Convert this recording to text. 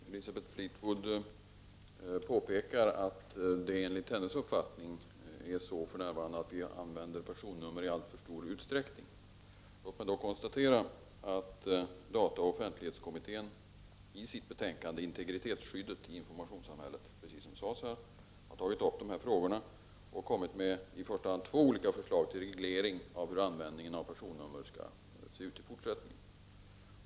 Herr talman! Elisabeth Fleetwood påpekar att vi, enligt hennes uppfattning, för närvarande använder personnummer i alltför stor utsträckning. Låt mig konstatera att dataoch offentlighetskommittén i sitt betänkande Integritetsskyddet i informationssamhället, precis som sades här, har tagit upp de här frågorna och kommit med i första hand två olika förslag till reglering av hur användningen av personnummer skall se ut i fortsättningen.